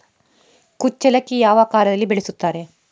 ಕುಚ್ಚಲಕ್ಕಿ ಯಾವ ಕಾಲದಲ್ಲಿ ಬೆಳೆಸುತ್ತಾರೆ?